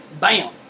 bam